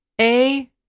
A-